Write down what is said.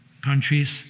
countries